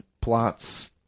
plots